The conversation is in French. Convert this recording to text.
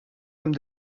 comme